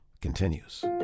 continues